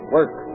Work